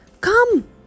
come